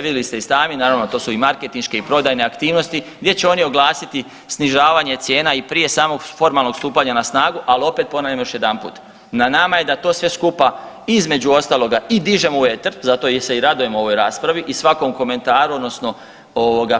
Vidjeli ste i sami naravno to su i marketinške i prodajne aktivnosti gdje će oni oglasiti snižavanje cijena i prije samog formalnog stupanja na snagu, ali opet ponavljam još jedanput na nama je da to sve skupa između ostaloga i dižemo u eter, zato se i radujem ovoj raspravi svakom komentaru odnosno